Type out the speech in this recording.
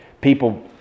people